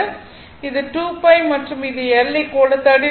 இது 2 pi மற்றும் இது L 39